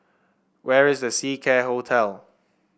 where is The Seacare Hotel